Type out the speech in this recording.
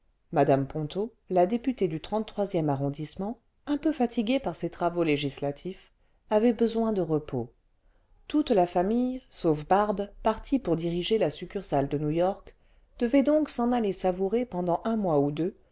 mme ponto la députée du e arrondissement un peu fatiguée par ses travaux législatifs avait besoin de repos toute la famille sauf barbe partie pour diriger la succursale de new-york devait donc s'en aller savourer pendant un mois ou deux